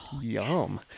Yum